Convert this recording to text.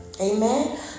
Amen